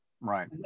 right